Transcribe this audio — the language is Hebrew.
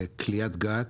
קליית גת,